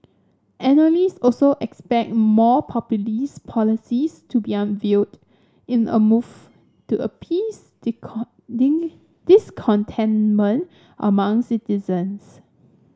analyst also expect more populist policies to be unveiled in a move to appease discontentment among citizens